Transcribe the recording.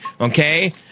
okay